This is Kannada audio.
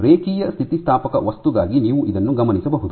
ರೇಖೀಯ ಸ್ಥಿತಿಸ್ಥಾಪಕ ವಸ್ತುಗಾಗಿ ನೀವು ಇದನ್ನು ಗಮನಿಸಬಹುದು